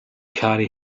carry